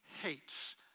hates